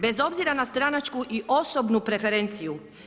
Bez obzira na stranačku i osobnu preferenciju.